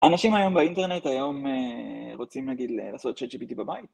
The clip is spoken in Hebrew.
אנשים היום באינטרנט היום רוצים, נגיד, לעשות chatGPT בבית.